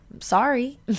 Sorry